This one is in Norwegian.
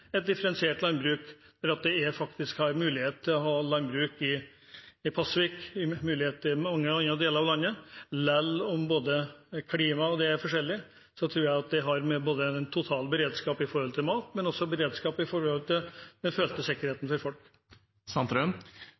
et differensiert landbruk der det faktisk er mulig å ha landbruk i Pasvik og i mange andre deler av landet, selv om klimaet er forskjellig. Det tror jeg har å gjøre med både den totale beredskapen som gjelder mat, og beredskapen som gjelder den følte sikkerheten